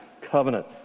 covenant